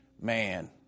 man